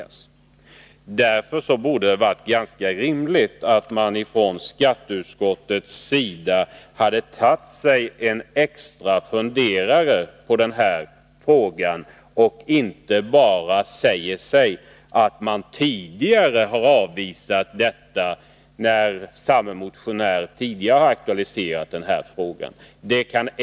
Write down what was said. Därför hade det varit rimligt om skatteutskottet hade tagit sig en extra funderare på den här frågan och föreslagit en förlängning av deklarationstiden i stället för att motivera ett avslag på motionen med att säga att man tidigare har avvisat detta förslag från samme motionär.